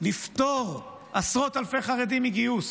לפטור עשרות אלפי חרדים מגיוס,